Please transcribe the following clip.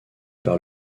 par